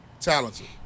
Talented